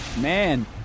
Man